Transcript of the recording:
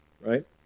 right